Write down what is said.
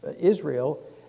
israel